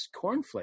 Cornflake